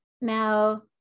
Now